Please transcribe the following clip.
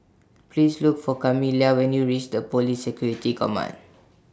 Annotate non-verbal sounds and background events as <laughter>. Please Look For Kamila when YOU REACH The Police <noise> Security Command